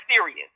serious